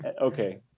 Okay